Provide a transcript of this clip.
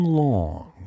long